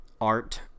art